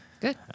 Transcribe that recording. Good